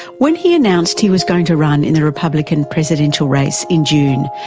when he announced he was going to run in the republican presidential race in june,